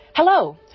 Hello